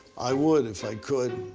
i would if i could.